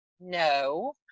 no